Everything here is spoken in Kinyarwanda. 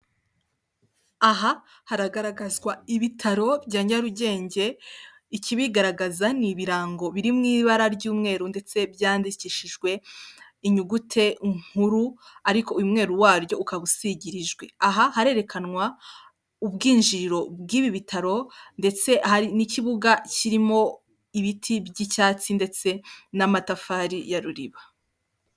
Aha haragaragazwa ibitaro bya Nyarugenge, ikibigaragaza ni ibirango biri mu ibara ry'umweru ndetse byandikishijwe inyuguti nkuru, ariko umweru waryo ukaba usigirijwe. Aha harerekanwa ubwinjiriro bw'ibi bitaro ndetse hari n'ikibuga kirimo ibiti by'icyatsi ndetse n'amatafari ya ruriba.